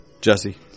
jesse